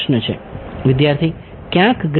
વિદ્યાર્થી ક્યાંક ગ્રીડમાં